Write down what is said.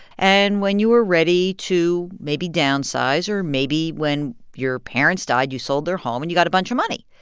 and when you were ready to, maybe, downsize or maybe, when your parents died, you sold their home and you got a bunch of money.